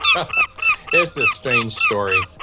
and it's a strange story.